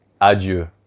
Adieu